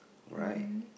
right